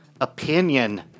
opinion